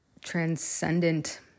transcendent